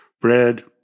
bread